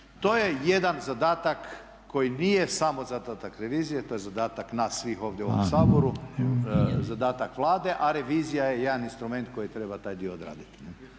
to je jedan zadatak koji nije samo zadatak revizije. To je zadatak nas svih ovdje u ovom Saboru, zadatak Vlade, a revizija je jedan instrument koji treba taj dio odraditi.